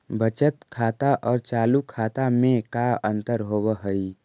बचत खाता और चालु खाता में का अंतर होव हइ?